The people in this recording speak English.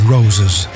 Roses